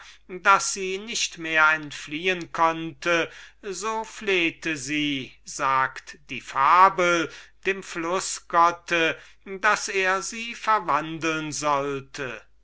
daß sie nicht mehr entfliehen kann so fleht sie dem flußgotte daß er sie verwandeln soll